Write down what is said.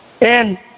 And-